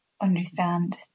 Understand